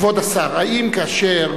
כבוד השר, האם כאשר